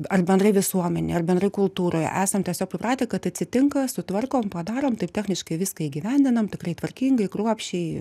ar bendrai visuomenei ir bendrai kultūroje esam tiesiog pripratę kad atsitinka sutvarkom padarom taip techniškai viską įgyvendinam tikrai tvarkingai kruopščiai